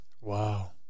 Wow